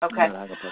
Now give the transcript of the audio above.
Okay